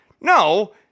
No